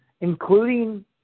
including